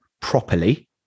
properly